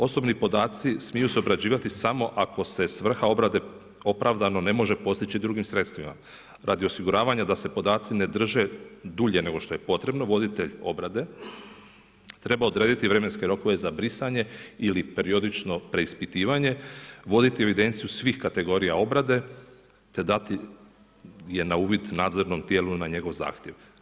Osobni podaci mogu se obrađivati samo ako se svrha obrade opravdano ne može postići drugim sredstvima, radi osiguravanja da se podaci ne drže dulje nego što je potrebno, voditelj obrade treba odrediti vremenske rokove za brisanje ili periodično preispitivanje, voditi evidenciju svih kategorija obrade te dati je na uvid nadzornom tijelu na njegov zahtjev.